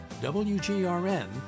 WGRN